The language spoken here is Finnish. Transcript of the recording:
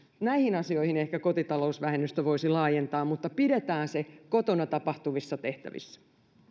näihin asioihin ehkä kotitalousvähennystä voisi laajentaa mutta pidetään se kotona tapahtuvissa tehtävissä